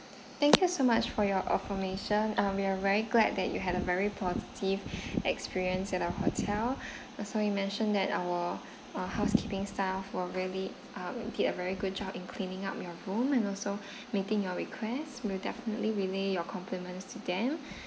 thank you so much for your affirmation um we are very glad that you had a very positive experience at our hotel uh so you mentioned that our uh housekeeping staff were really um did a very good job in cleaning up your room and also meeting your request we'll definitely relay your compliments to them